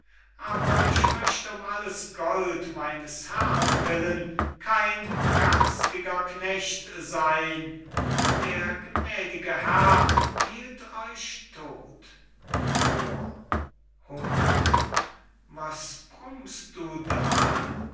aber ich möcht um alles gold meines herrn willen kein garstiger knecht seyn der gnädige herr hielt euch todt moor hum was brummst du da